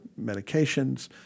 medications